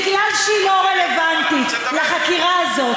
מכיוון שהיא לא רלוונטית לחקירה הזאת,